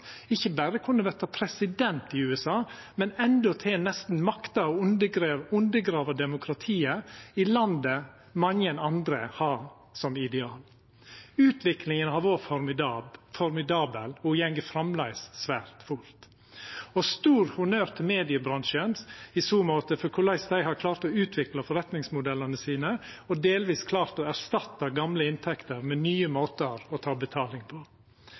ikkje berre kunne verta president i USA, men endåtil nesten makta å undergrava demokratiet i landet mange andre har som ideal. Utviklinga har vore formidabel og går framleis svært fort. Stor honnør til mediebransjen i så måte for korleis dei har klart å utvikla forretningsmodellane sine og delvis klart å erstatta gamle inntekter med nye måtar å ta betaling på.